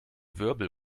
wirbel